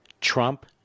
Trump